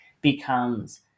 becomes